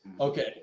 Okay